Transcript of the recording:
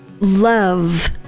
love